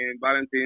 Valentine